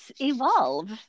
evolve